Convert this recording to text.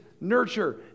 nurture